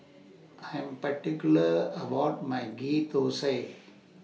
I Am particular about My Ghee Thosai